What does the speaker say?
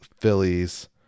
Phillies